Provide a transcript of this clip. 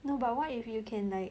no but what if you can like